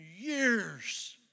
years